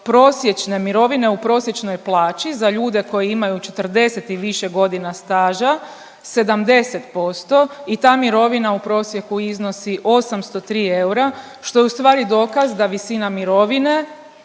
prosječne mirovine u prosječnoj plaći za ljude koji imaju 40 i više godina staža 70% i ta mirovina u prosjeku iznosi 803 eura, što je ustvari dokaz da visina mirovine